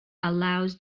allows